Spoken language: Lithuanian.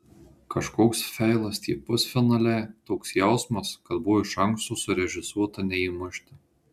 kažkoks feilas tie pusfinaliai toks jausmas kad buvo iš anksto surežisuota neįmušti